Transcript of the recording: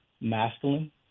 masculine